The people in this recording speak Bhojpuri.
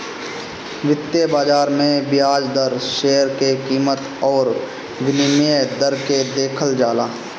वित्तीय बाजार में बियाज दर, शेयर के कीमत अउरी विनिमय दर के देखल जाला